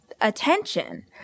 attention